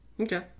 Okay